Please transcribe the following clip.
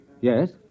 Yes